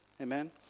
Amen